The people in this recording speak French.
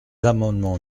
amendements